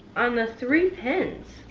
on the three pens.